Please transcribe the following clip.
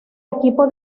equipo